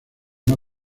más